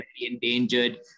endangered